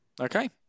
Okay